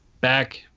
back